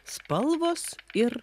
spalvos ir